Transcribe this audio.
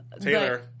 Taylor